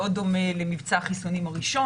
מאוד דומה למבצע החיסונים הראשון.